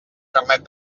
carnet